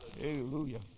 Hallelujah